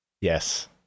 yes